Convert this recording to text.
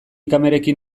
kamerekin